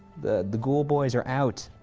the the ghoul boys are out.